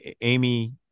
Amy